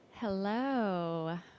Hello